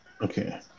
Okay